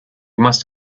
must